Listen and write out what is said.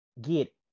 get